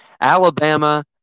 Alabama